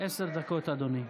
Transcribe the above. עשר דקות, אדוני.